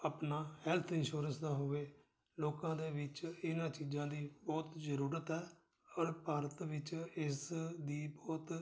ਆਪਣਾ health insurance ਦਾ ਹੋਵੇ ਲੋਕਾਂ ਦੇ ਵਿੱਚ ਇਹਨਾਂ ਚੀਜ਼ਾਂ ਦੀ ਬਹੁਤ ਜ਼ਰੂਰਤ ਹੈ ਔਰ ਭਾਰਤ ਵਿੱਚ ਇਸ ਦੀ ਬਹੁਤ